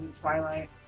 Twilight